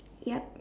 yup